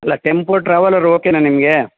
ಅಲ್ಲ tempo traveller ಓಕೆನಾ ನಿಮಗೆ